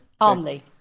Armley